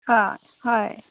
হা হয়